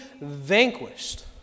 vanquished